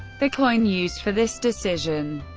the coin used for this decision,